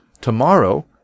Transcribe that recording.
tomorrow